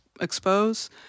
expose